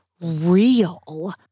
real